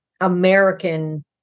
American